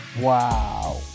Wow